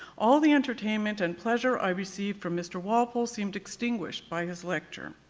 all the entertainment and pleasure i received from mr. walpole seemed extinguished by his lecture.